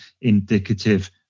indicative